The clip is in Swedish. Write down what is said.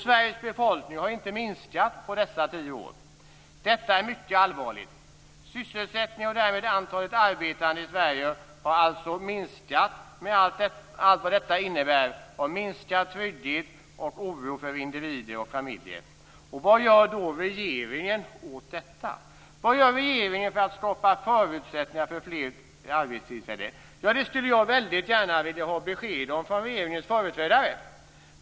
Sveriges befolkning har inte minskat på dessa tio år. Detta är mycket allvarligt. Sverige har alltså minskat med allt vad detta innebär av minskad trygghet och oro för individer och familjer. Vad gör då regeringen åt detta? Vad gör regeringen för att skapa förutsättningar för fler arbetstillfällen? Ja, det skulle jag väldigt gärna vilja ha besked om från regeringens företrädare.